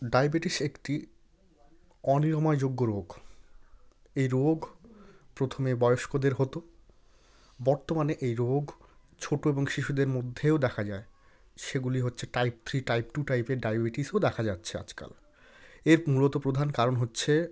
diabetes একটি অনিরাময় যোগ্য রোগ এই রোগ প্রথমে বয়স্কদের হতো বর্তমানে এই রোগ ছোটো এবং শিশুদের মধ্যেও দেখা যায় সেগুলি হচ্ছে টাইপ থ্রি টাইপ টু টাইপের ডায়বেটিসও দেখা যাচ্ছে আজকাল এর মূলত প্রধান কারণ হচ্ছে